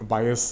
buyers